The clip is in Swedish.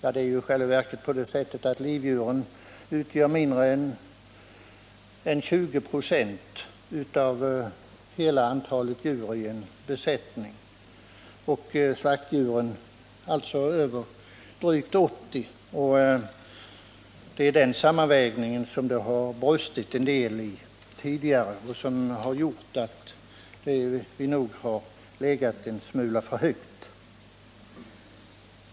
I själva verket är livdjuren mindre än 20 26 av hela antalet djur i en besättning och alltså slaktdjuren något över 80 26. Det har nog brustit en del i den sammanvägningen tidigare och det har gjort att vi legat något för högt.